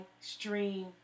stream